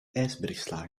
ijsbergsla